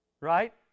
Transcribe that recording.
right